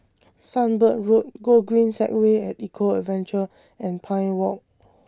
Sunbird Road Gogreen Segway At Eco Adventure and Pine Walk